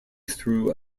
through